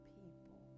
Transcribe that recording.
people